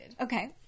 Okay